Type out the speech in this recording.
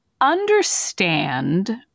understand